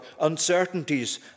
uncertainties